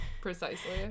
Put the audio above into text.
precisely